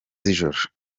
z’ijoro